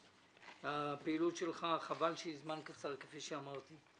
חבל שהיא לזמן קצר, כפי שאמרתי.